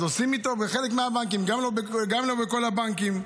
עושים איתו בחלק מהבנקים, גם לא בכל הבנקים,